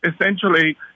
essentially